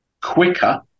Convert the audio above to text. quicker